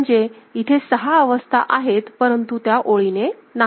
म्हणजे इथे सहा अवस्था आहेत परंतु त्या ओळीने नाहीत